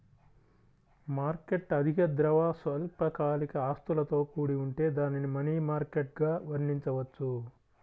market అధిక ద్రవ, స్వల్పకాలిక ఆస్తులతో కూడి ఉంటే దానిని మనీ మార్కెట్గా వర్ణించవచ్చు